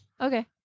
Okay